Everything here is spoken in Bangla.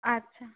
আচ্ছা